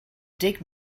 dig